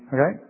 Okay